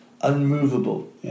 unmovable